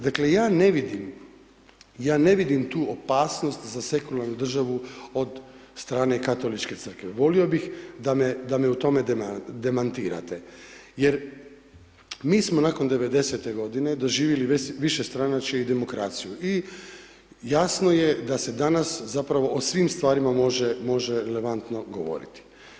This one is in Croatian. Dakle ja ne vidim tu opasnost za sekularnu državu od strane Katoličke crkve, volio bih da me o tome demantirate jer mi smo nakon '90. g. doživjeli višestranačje i demokraciju i jasno je da se danas zapravo o svim stvarima može relevantno govoriti.